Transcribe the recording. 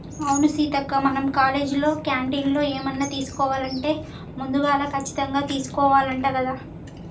అవును సీతక్క మనం కాలేజీలో క్యాంటీన్లో ఏమన్నా తీసుకోవాలంటే ముందుగాల కచ్చితంగా తీసుకోవాల్నంట కదా